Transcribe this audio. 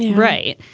right.